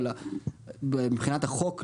אבל מבחינת החוק,